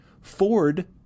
Ford